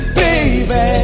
baby